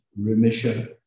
remission